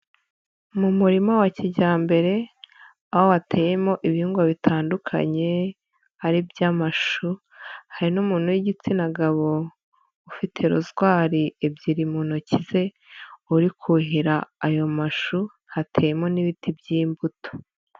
Ni umurima wa kijyambere aho ateyemo ibihingwa bitandukanye hari iby'amashu, hari n'umuntu w'igitsina gabo ufite rozwari ebyiri mu ntoki ze uri kuhira ayo mashu, hateyemo n'ibiti by'imbuto.